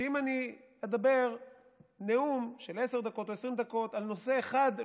שאם אני אדבר נאום של עשר דקות או של 20 דקות על נושא אחד,